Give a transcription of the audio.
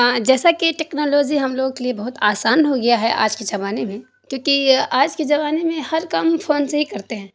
جیسا کہ ٹیکنالوزی ہم لوگوں کے لیے بہت آسان ہو گیا ہے آج کے جمانے میں کیونکہ آج کے زمانے میں ہر کام فون سے ہی کرتے ہیں